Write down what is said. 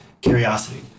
curiosity